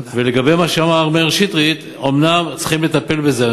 ולגבי מה שאמר מאיר שטרית, אומנם צריכים לטפל בזה.